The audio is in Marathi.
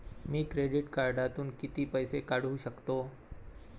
मी क्रेडिट कार्डातून किती पैसे काढू शकतो?